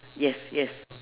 yes yes